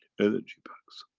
energy packs.